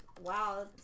Wow